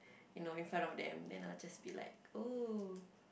you know in front of them them I will just be like !ooh!